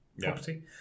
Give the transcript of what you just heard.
property